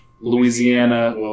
Louisiana